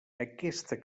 aquesta